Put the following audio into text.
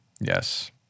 Yes